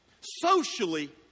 Socially